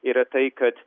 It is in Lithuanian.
yra tai kad